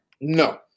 No